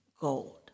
gold